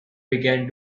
began